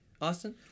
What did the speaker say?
Austin